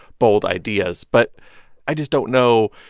bold ideas. but i just don't know,